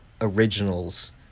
Originals